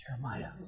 Jeremiah